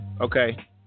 Okay